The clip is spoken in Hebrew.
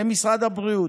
למשרד הבריאות.